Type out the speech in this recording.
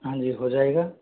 हाँ जी हो जाएगा